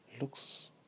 looks